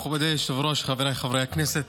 מכובדי היושב-ראש, חבריי חברי הכנסת,